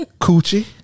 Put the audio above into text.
Coochie